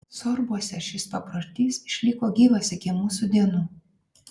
sorbuose šis paprotys išliko gyvas iki mūsų dienų